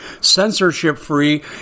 censorship-free